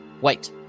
Wait